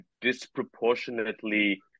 disproportionately